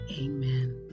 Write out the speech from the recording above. Amen